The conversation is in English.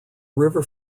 river